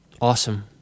Awesome